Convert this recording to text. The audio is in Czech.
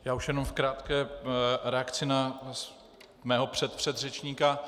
Já už jenom v krátké reakci na svého předpředřečníka.